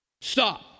Stop